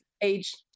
age